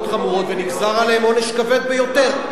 חמורות ונגזר עליהם עונש כבד ביותר.